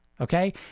Okay